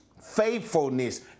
faithfulness